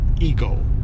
ego